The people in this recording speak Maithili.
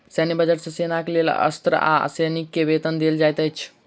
सैन्य बजट सॅ सेनाक लेल अस्त्र आ सैनिक के वेतन देल जाइत अछि